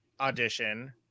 audition